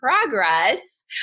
progress